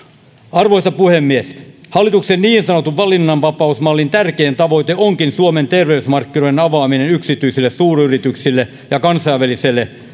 arvoisa puhemies hallituksen niin sanotun valinnanvapausmallin tärkein tavoite onkin suomen terveysmarkkinoiden avaaminen yksityisille suuryrityksille ja kansainvälisille